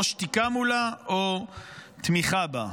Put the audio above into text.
או שתיקה מולה או תמיכה בה.